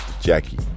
Jackie